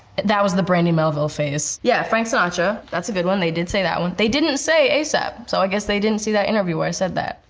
that was the brandy melville phase. yeah, frank sinatra, that's a good one. they did say that one. they didn't say a ap, so i guess they didn't see that interview where i said that.